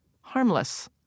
harmless